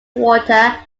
water